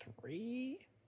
three